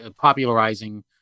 popularizing